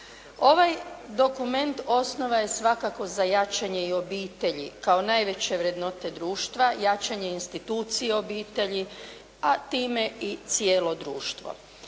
Ovaj dokument osnova je, svakako za jačanje i obitelji kao najveće vrednote društva, jačanje institucije obitelji, a time i cijelo društvo.